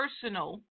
personal